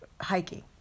hiking